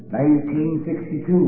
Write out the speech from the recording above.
1962